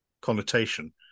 connotation